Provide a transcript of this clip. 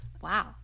wow